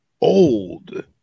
old